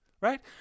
right